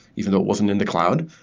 even though it wasn't in the cloud,